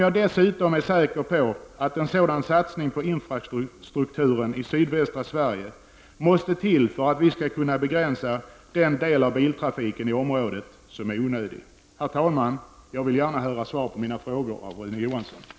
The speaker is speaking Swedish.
Jag är dessutom säker på att en sådan satsning på infrastrukturen i sydvästra Sverige måste till för att vi skall kunna eliminera den del av biltrafiken i området som är onödig. Herr talman! Jag vill gärna ha svar på mina två frågor av Rune Johansson. Tack!